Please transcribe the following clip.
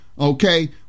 Okay